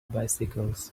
bicycles